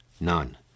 None